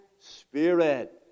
spirit